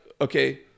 okay